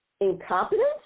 incompetence